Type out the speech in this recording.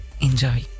Enjoy